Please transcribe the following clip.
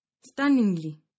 Stunningly